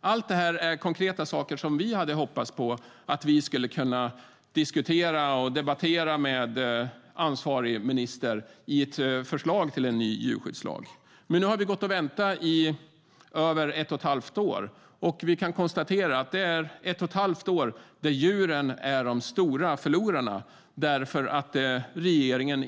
Allt detta är konkreta saker som vi hade hoppats på att vi skulle kunna diskutera och debattera med ansvarig minister i samband med ett förslag till en ny djurskyddslag. Men nu har vi gått och väntat i över ett och ett halvt år, och vi kan konstatera att det är ett och ett halvt år då djuren varit de stora förlorarna. Regeringen